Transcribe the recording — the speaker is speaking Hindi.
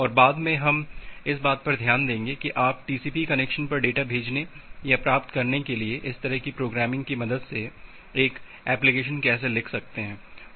और बाद में हम इस बात पर ध्यान देंगे कि आप टीसीपी कनेक्शन पर डेटा भेजने या प्राप्त करने के लिए इस तरह की प्रोग्रामिंग की मदद से एक एप्लीकेशन कैसे लिख सकते हैं